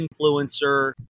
Influencer